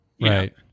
Right